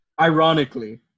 Ironically